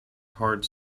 hard